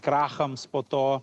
krachams po to